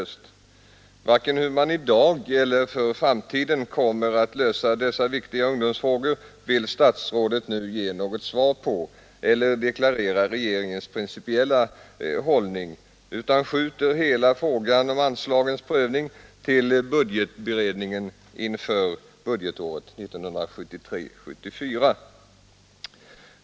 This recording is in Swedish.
Statsrådet vill nu varken svara på hur man i dag eller för framtiden kommer att lösa dessa viktiga ungdomsfrågor eller deklarera regeringens principiella hållning, utan statsrådet skjuter hela frågan om anslagsprövning till budgetberedningen inför budgetåret 1973/74.